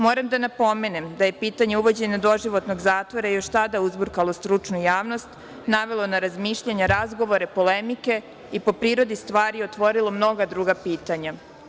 Moram da napomenem da je pitanje uvođenja doživotnog zatvora još sada uzburkalo stručnu javnost, navelo na razmišljanje, razgovore, polemike i, po prirodi stvari, otvorilo mnoga druga pitanja.